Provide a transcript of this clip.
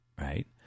Right